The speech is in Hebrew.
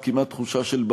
כי מתברר שבמשרד